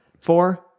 Four